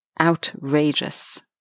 outrageous